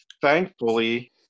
Thankfully